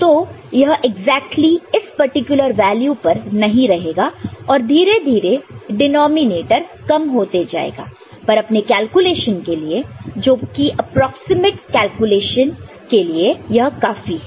तो यह एक्जेक्टली इस पार्टिकुलर वैल्यू पर नहीं रहेगा और धीरे धीरे डिनॉमिनेटर कम होते जाएगा पर अपने कैलकुलेशन के लिए जो कि अप्रॉक्सिमेट कैलकुलेशन के लिए यह काफी है